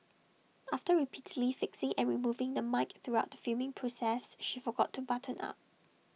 after repeatedly fixing and removing the mic throughout the filming process she forgot to button up